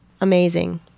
Amazing